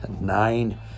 nine